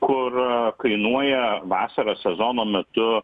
kur kainuoja vasaros sezono metu